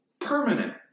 permanent